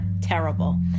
terrible